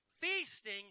feasting